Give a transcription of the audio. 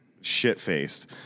shit-faced